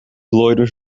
loiros